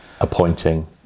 appointing